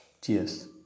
Cheers